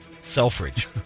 Selfridge